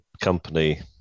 company